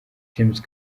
james